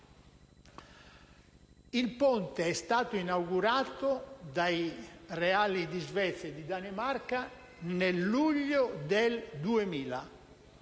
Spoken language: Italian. Il ponte è stato inaugurato dai reali di Svezia e di Danimarca nel luglio 2000.